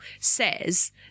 says